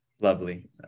Lovely